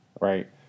right